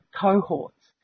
cohorts